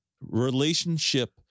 relationship